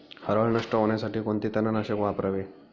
हरळ नष्ट होण्यासाठी कोणते तणनाशक वापरावे?